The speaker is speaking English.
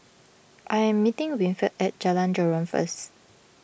I am meeting Winford at Jalan Joran first